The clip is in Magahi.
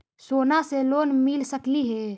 सोना से लोन मिल सकली हे?